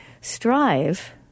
strive